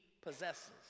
possesses